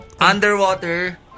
Underwater